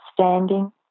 standing